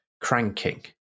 cranking